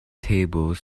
tables